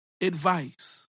advice